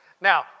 now